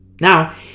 Now